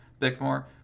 Bickmore